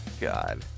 God